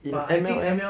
in M_L_M